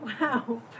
Wow